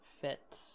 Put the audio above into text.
fit